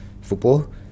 football